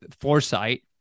foresight